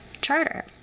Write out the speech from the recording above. Charter